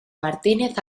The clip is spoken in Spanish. martínez